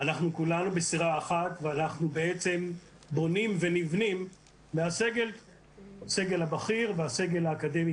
כולנו בסירה אחת ואנחנו בונים ונבנים מהסגל הבכיר והסגל האקדמי